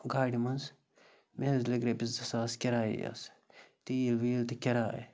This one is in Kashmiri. گاڑِ منٛز مےٚ حظ لٔگۍ رۄپیَس زٕ ساس کِراے یٲژ تیٖل ویٖل تہِ کِراے